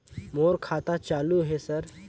मोर खाता चालु हे सर?